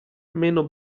meno